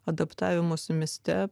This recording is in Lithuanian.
adaptavimosi mieste